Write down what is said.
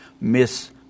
Miss